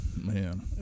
Man